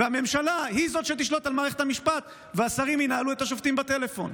שהממשלה היא שתשלוט על מערכת המשפט והשרים ינהלו את השופטים בטלפון?